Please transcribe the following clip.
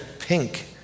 pink